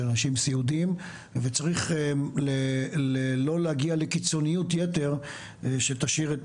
של אנשים סיעודיים וצריך לא להגיע לקיצוניות יתר שתשאיר את